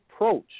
approach